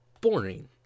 boring